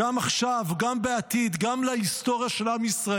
גם עכשיו, גם בעתיד, גם להיסטוריה של עם ישראל.